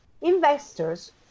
Investors